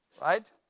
Right